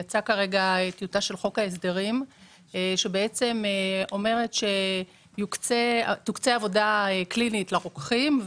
יצאה כרגע טיוטה של חוק ההסדרים שאומרת שעבודה קלינית תוקצה לרוקחים,